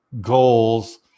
goals